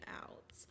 out